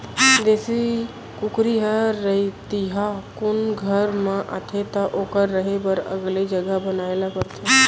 देसी कुकरी ह रतिहा कुन घर म आथे त ओकर रहें बर अलगे जघा बनाए ल परथे